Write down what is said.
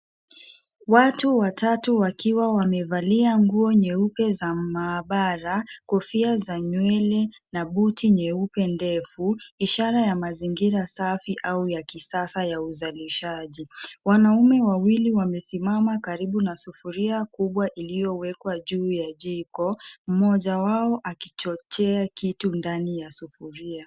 Watu watatu wakiwa wamevalia nguo nyeupe za maabara, kofia za nywele na buti nyeupe ndefu ishara ya mazingira safi au ya kisasa ya uzalishaji. Wanaume wawili wamesimama karibu na sufuria kubwa iliyowekwa juu ya jiko mmoja wao akichotea kitu ndani ya sufuria.